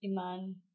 Iman